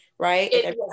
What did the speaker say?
Right